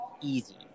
easy